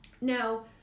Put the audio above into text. Now